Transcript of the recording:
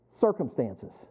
circumstances